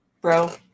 bro